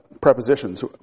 Prepositions